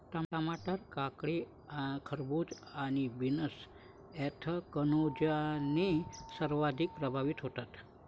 टमाटर, काकडी, खरबूज आणि बीन्स ऍन्थ्रॅकनोजने सर्वाधिक प्रभावित होतात